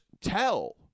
tell